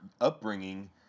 upbringing